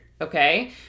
okay